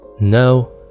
No